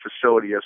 facility